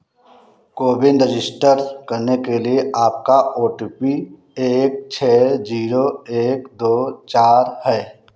CoWIN register करने के लिए आपका ओ टी पी एक छः जीरो एक दो चार है